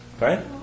right